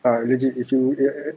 a legit issue there